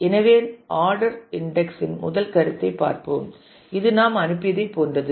எனவே ordered index இன் முதல் கருத்தை பார்ப்போம் இது நாம் அனுப்பியதைப் போன்றது